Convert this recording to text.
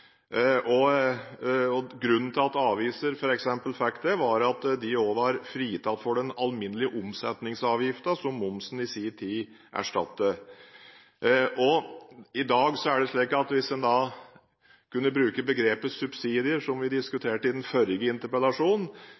Grunnen til at f.eks. aviser fikk det, var at de var fritatt for den alminnelige omsetningsavgiften, som momsen i sin tid erstattet. I dag kan man bruke begrepet «subsidier», som vi diskuterte i den forrige interpellasjonen